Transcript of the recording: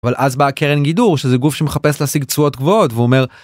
אבל אז באה קרן גידור, שזה גוף שמחפש להשיג תשואות גבוהות והוא אומר.